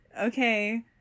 okay